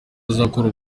azakora